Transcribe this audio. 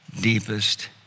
deepest